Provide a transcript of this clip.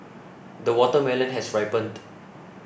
the watermelon has ripened